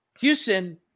Houston